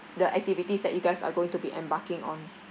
the activities that you guys are going to be embarking on